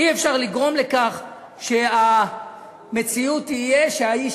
אי-אפשר לגרום לכך שהמציאות תהיה שהאיש